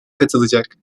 katılacak